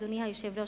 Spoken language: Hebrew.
אדוני היושב-ראש,